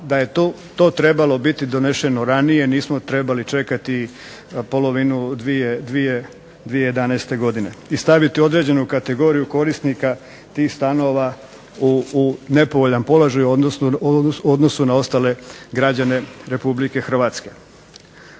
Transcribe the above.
da je to trebalo biti donešeno ranije. Nismo trebali čekati polovinu 2011. godine i staviti određenu kategoriju korisnika tih stanova u nepovoljan položaj u odnosu na ostale građane Republike Hrvatske.